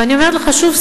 ואני אומרת לך שוב,